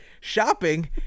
shopping